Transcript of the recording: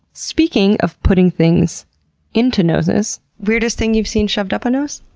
speaking of putting things into noses. weirdest thing you've seen shoved up a nose?